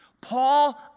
Paul